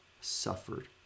suffered